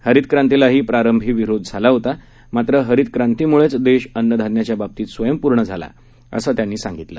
हरीतक्रांतीलाही प्रारंभी विरोध झाला होता मात्र हरीतक्रांतीमुळेच देश अन्नधान्याच्या बाबतीत स्वयंपूर्ण झाला असं त्यांनी सांगितलं